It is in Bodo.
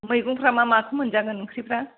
मैगंफ्रा मा माथो मोनजागोन ओंख्रिफ्रा